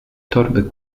torby